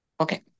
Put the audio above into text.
Okay